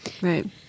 Right